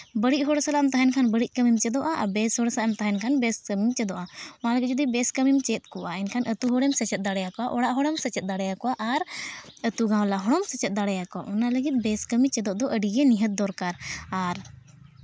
ᱵᱟᱹᱲᱤᱡ ᱦᱚᱲ ᱥᱟᱞᱟᱜ ᱮᱢ ᱛᱟᱦᱮᱱ ᱠᱷᱟᱱ ᱵᱟᱹᱲᱤᱡ ᱠᱟᱹᱢᱤᱢ ᱪᱮᱫᱚᱜᱼᱟ ᱟᱨ ᱵᱮᱥ ᱦᱚᱲ ᱥᱟᱞᱟᱜ ᱮᱢ ᱛᱟᱦᱮᱱ ᱠᱷᱟᱱ ᱵᱮᱥ ᱠᱟᱹᱢᱤᱢ ᱪᱮᱫᱚᱜᱼᱟ ᱚᱱᱟᱜᱮ ᱡᱩᱤ ᱵᱮᱥ ᱠᱟᱹᱢᱤᱢ ᱪᱮᱫ ᱠᱚᱜᱼᱟ ᱮᱱᱠᱷᱟᱱ ᱟᱹᱛᱩ ᱦᱚᱲᱮᱢ ᱥᱮᱪᱮᱫ ᱫᱟᱲᱮᱭᱟᱠᱚᱣᱟ ᱚᱲᱟᱜ ᱦᱚᱲᱮᱢ ᱥᱮᱪᱮᱫ ᱫᱟᱲᱮᱭᱟᱠᱚᱣᱟ ᱟᱨ ᱟᱹᱛᱩ ᱜᱟᱣᱞᱟ ᱦᱚᱢ ᱥᱮᱪᱮᱫ ᱫᱟᱲᱮᱭᱟᱠᱚᱣᱟ ᱚᱱᱟ ᱞᱟᱹᱜᱤᱫ ᱵᱮᱥ ᱠᱟᱹᱢᱤ ᱪᱮᱫᱚᱜ ᱫᱚ ᱟᱹᱰᱤᱜᱮ ᱱᱤᱦᱟᱹᱛ ᱫᱚᱨᱠᱟᱨ ᱟᱨ